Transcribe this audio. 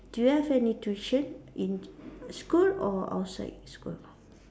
do you have any tuition in school or outside school